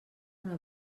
una